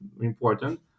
important